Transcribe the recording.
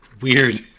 weird